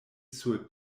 sur